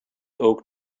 oak